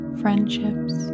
friendships